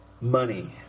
money